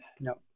no